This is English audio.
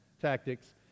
tactics